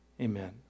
Amen